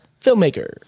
filmmaker